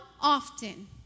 often